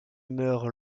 meurt